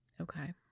Okay